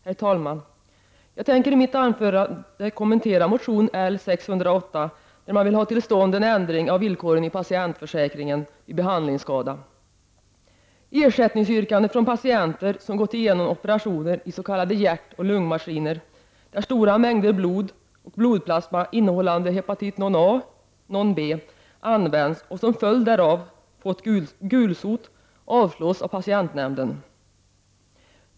Herr talman! Jag tänker i mitt anförande kommentera motion 1989/90:L608, där man säger att man vill ha till stånd en ändring av villkoren i patientförsäkringen vid behandlingsskada. Ersättningsyrkanden från patienter, som har gått igenom operationer i s.k. hjärt-lungmaskiner, varvid stora mängder blod och blodplasma innehållande hepatit non A non B använts, och som till följd därav fått gulsot, avslås av patientskadenämnden.